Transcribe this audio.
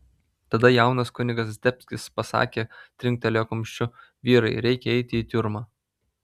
tada jaunas kunigas zdebskis pasakė trinktelėjo kumščiu vyrai reikia eiti į tiurmą